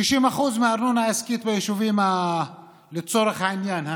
60% מהארנונה ביישובים היהודיים, לצורך העניין,